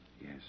Yes